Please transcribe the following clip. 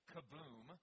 Kaboom